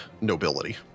nobility